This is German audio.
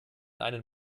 einen